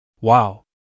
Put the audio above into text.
Wow